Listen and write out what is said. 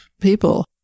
people